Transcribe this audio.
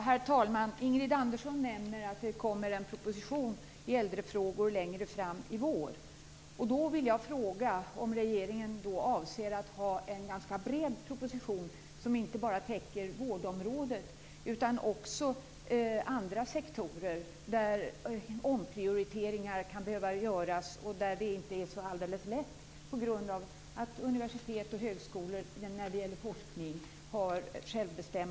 Herr talman! Ingrid Andersson nämner att det kommer en proposition i äldrefrågor längre fram i vår. Avser regeringen då att lägga fram en ganska bred proposition, som inte bara täcker vårdområdet utan också andra sektorer där omprioriteringar kan behöva göras? Sådana omprioriteringar är inte så alldeles lätt att genomföra på grund av att universitet och högskolor har ett självbestämmande vad gäller forskning.